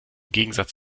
gegensatz